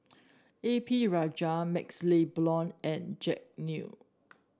A P Rajah MaxLe Blond and Jack Neo